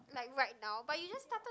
like right now but you just started